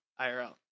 IRL